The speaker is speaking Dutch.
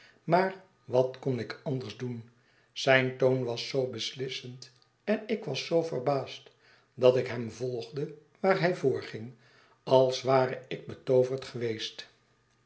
maar wat kon ik anders doen zijn toon was zoo beslissend en ik was zoo verbaasd dat ik hem volgde waar hij voorging als ware ik betooverd geweest